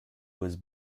was